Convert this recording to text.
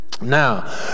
Now